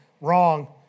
wrong